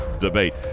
debate